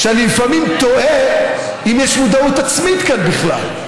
ואני לפעמים תוהה אם יש מודעות עצמית כאן בכלל.